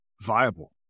viable